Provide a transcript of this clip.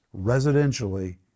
Residentially